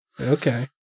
Okay